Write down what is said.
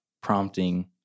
prompting